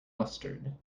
mustard